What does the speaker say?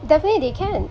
definitely they can